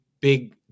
big